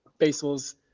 Baseball's